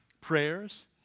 prayers